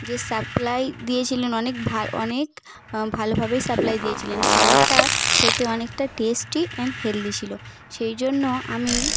যে সাপ্লাই দিয়েছিলেন অনেক ভা অনেক ভালোভাবেই সাপ্লাই দিয়েছিলেন খাবারটা খেতে অনেকটা টেস্টি অ্যান্ড হেলদি ছিলো সেই জন্য আমি